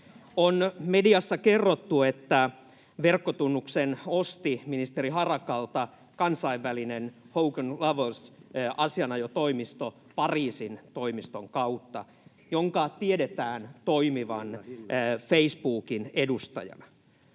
On mediassa kerrottu, että verkkotunnuksen osti ministeri Harakalta kansainvälinen Hogan Lovells ‑asianajotoimisto Pariisin toimiston kautta, jonka tiedetään toimivan Face-bookin edustajana.